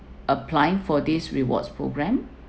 applying for these rewards program